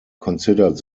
considered